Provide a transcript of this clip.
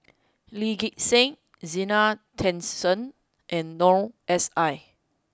Lee Gek Seng Zena Tessensohn and Noor S I